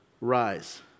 rise